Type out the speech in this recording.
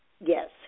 yes